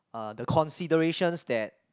uh the considerations that